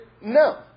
no